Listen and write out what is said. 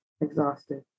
Exhausted